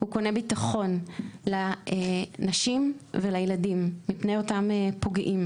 הוא קונה ביטחון לנשים ולילדים מפני אותם פוגעים.